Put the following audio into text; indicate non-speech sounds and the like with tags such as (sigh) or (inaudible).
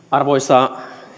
(unintelligible) arvoisa